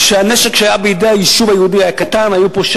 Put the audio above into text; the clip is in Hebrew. כשהנשק שהיה בידי היישוב היהודי היה מועט?